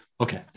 Okay